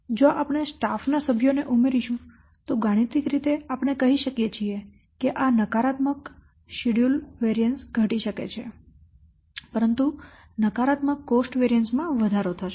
તેથી જો આપણે સ્ટાફ ના સભ્યોને ઉમેરીશું તો ગાણિતિક રીતે આપણે કહી શકીએ કે આ નકારાત્મક શેડ્યૂલ વેરિએન્સ ઘટી શકે છે પરંતુ નકારાત્મક કોસ્ટ વેરિએન્સ માં વધારો થશે